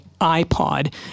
iPod